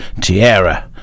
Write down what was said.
Tierra